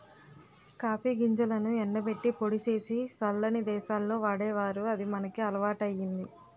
copy గింజలను ఎండబెట్టి పొడి సేసి సల్లని దేశాల్లో వాడేవారు అది మనకి అలవాటయ్యింది